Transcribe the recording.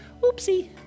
oopsie